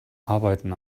arbeiten